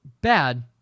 Bad